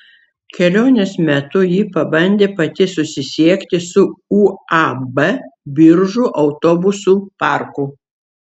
kelionės metu ji pabandė pati susisiekti su uab biržų autobusų parku